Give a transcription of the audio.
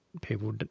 people